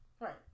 Right